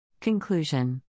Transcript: Conclusion